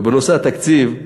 ובנושא התקציב,